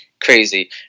crazy